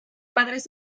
padres